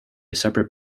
separate